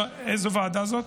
איזו ועדה זאת?